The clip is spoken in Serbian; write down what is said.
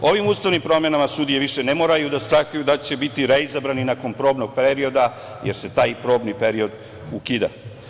Ovim ustavnim promenama sudije ne moraju više da strahuju da li će biti reizabrani nakon probnog perioda, jer se taj probni period ukida.